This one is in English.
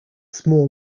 small